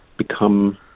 become